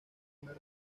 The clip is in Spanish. una